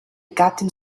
gattin